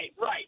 right